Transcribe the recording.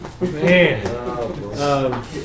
Man